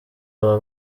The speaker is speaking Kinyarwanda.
aba